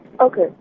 Okay